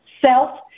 self